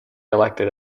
elected